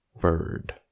bird